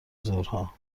ظهرها